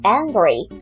angry